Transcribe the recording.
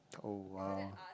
oh !wow!